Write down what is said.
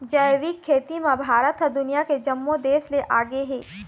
जैविक खेती म भारत ह दुनिया के जम्मो देस ले आगे हे